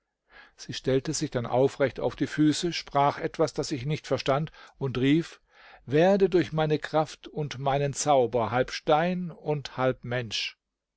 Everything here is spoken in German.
sie stellte sich dann aufrecht auf die füße sprach etwas das ich nicht verstand und rief werde durch meine kraft und meinen zauber halb stein und halb mensch